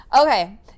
Okay